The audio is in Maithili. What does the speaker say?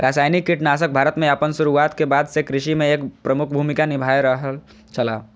रासायनिक कीटनाशक भारत में आपन शुरुआत के बाद से कृषि में एक प्रमुख भूमिका निभाय रहल छला